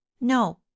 No